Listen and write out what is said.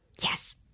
Yes